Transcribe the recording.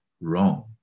wrong